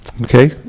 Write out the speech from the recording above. Okay